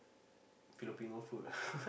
Filipino food